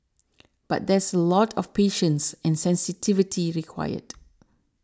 but there's a lot of patience and sensitivity required